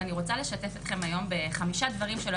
ואני רוצה לשתף אתכן היום בחמישה דברים שלא